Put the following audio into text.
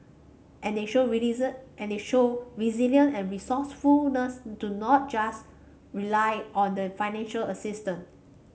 and they show and they show resilience and resourcefulness to not just rely on the financial assistance